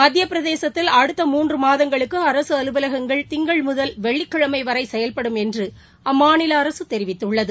மத்தியபிரதேசத்தில் அடுத்த மூன்றுமாதங்களுக்குஅரசுஅலுவலகங்கள் திங்கள் முதல் வெள்ளிக்கிழமைவரைசெயல்படும் என்றுஅம்மாநிலஅரசுதெரிவித்துள்ளது